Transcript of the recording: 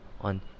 on